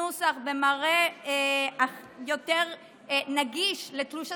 נוסח ומראה יותר נגיש לתלוש השכר,